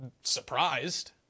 surprised